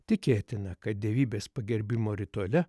tikėtina kad dievybės pagerbimo rituale